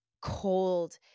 cold